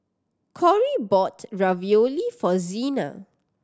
Corrie bought Ravioli for Zina